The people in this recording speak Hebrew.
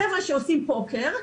החבר'ה שעושים פוקר,